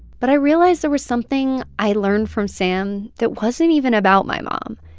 but i realized there was something i learned from sam that wasn't even about my mom.